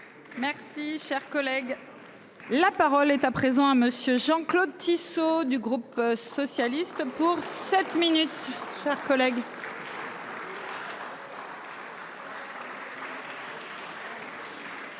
Merci cher collègue. La parole est à présent à monsieur Jean-Claude Tissot du groupe socialiste. Comme pour sept minutes,